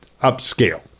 upscale